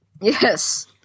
Yes